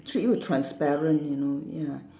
treat you transparent you know ya